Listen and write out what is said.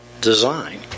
design